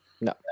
No